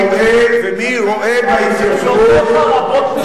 מי רואה בהתיישבות, השר איתן, זכויותיך רבות משלי,